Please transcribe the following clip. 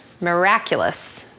miraculous